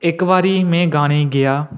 इक बारी में गाने ई गेआ